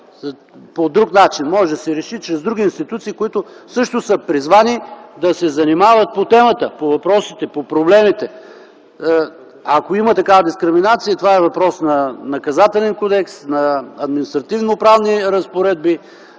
по друг начин - може да се реши чрез други институции, които също са призвани да се занимават по темата, по въпросите, по проблемите. Ако има такава дискриминация, това е въпрос на Наказателния кодекс, на административноправни разпоредби.